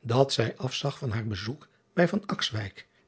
dat zij afzag van haar bezoek bij